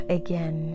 again